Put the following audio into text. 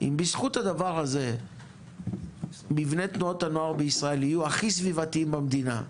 אם בזכות הדבר הזה מבני תנועות הנוער בישראל יהיו הכי סביבתיים במדינה,